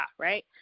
Right